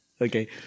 Okay